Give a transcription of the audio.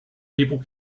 people